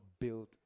build